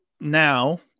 now